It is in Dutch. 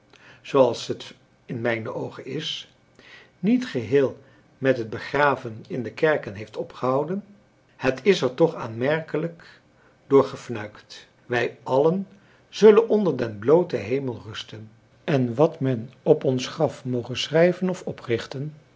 als het in mijne oogen is niet geheel met het begraven in de kerken heeft opgehouden het is er toch aanmerkelijk door gefnuikt wij allen zullen onder den blooten hemel rusten en wat men op ons graf moge schrijven of oprichten